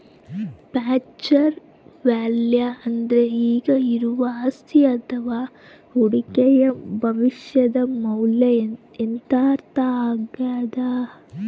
future value ಅಂದ್ರೆ ಈಗ ಇರುವ ಅಸ್ತಿಯ ಅಥವ ಹೂಡಿಕೆಯು ಭವಿಷ್ಯದ ಮೌಲ್ಯ ಎಂದರ್ಥ ಆಗ್ಯಾದ